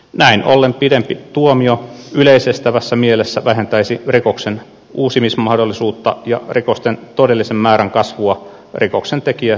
näin ollen pidempi tuomio yleisessä mielessä vähentäisi rikoksen uusimismahdollisuutta ja rikosten todellisen määrän kasvua rikoksentekijän vankilassaoloaikana